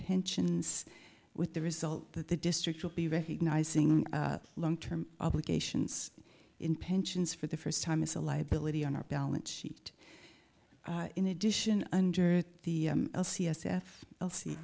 pensions with the result that the district will be recognizing long term obligations in pensions for the first time is a liability on our balance sheet in addition under the l c s f l c